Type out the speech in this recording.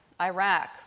Iraq